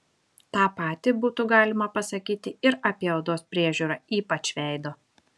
tą patį būtų galima pasakyti ir apie odos priežiūrą ypač veido